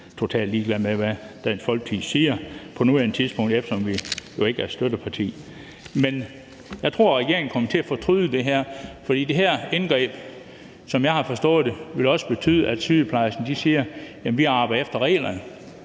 nok er totalt ligeglad med, altså hvad Dansk Folkeparti siger på nuværende tidspunkt, eftersom vi jo ikke er støtteparti. Jeg tror, at regeringen kommer til at fortryde det her, for det her indgreb, sådan som jeg har forstået det, vil også betyde, at sygeplejerskerne siger, at de arbejder efter reglerne.